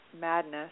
madness